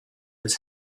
was